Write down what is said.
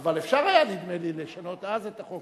אבל אפשר היה, נדמה לי, לשנות אז את החוק.